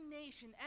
nation